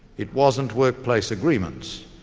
it wasn't workplace agreements,